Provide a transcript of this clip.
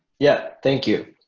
yeah. thank you.